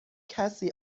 کسی